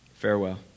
Farewell